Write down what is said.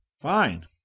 Fine